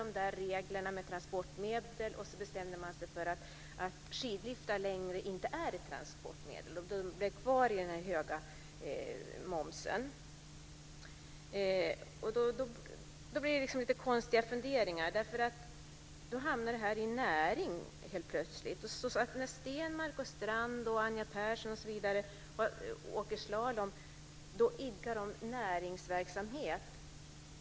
Sedan sågs reglerna för transportmedel över, och man bestämde sig för att skidliftar inte längre skulle vara transportmedel, och de fick behålla den högre momsen. Detta ledde till att dessa frågor helt plötsligt hamnade i näringsutskottet.